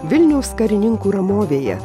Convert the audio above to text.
vilniaus karininkų ramovėje